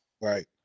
Right